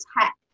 tech